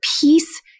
peace